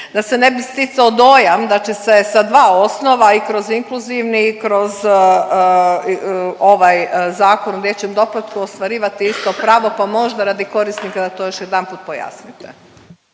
Da se ne bi sticao dojam da će sa dva osnova i kroz inkluzivni i kroz ovaj Zakon o dječjem doplatku ostvarivati isto pravo, pa možda radi korisnika da to još jedanput pojasnite.